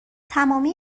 تمامی